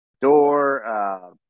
Door